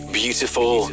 beautiful